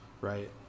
right